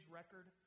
record